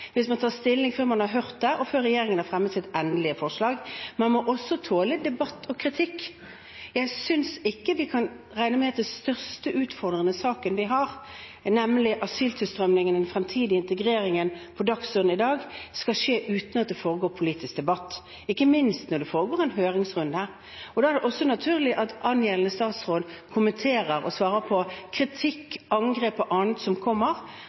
hvis man tar stilling før man har hørt det, og før regjeringen har fremmet sitt endelige forslag. Man må tåle debatt og kritikk. Jeg synes ikke vi kan regne med at den mest utfordrende saken vi har på dagsordenen i dag, nemlig asyltilstrømningen og den fremtidige integreringen, skal skje uten at det foregår politisk debatt – ikke minst når det pågår en høringsrunde. Da er det også naturlig at angjeldende statsråd kommenterer og svarer på kritikk, angrep og annet som kommer.